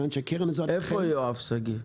שלום יואב שגיא.